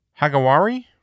Hagawari